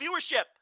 viewership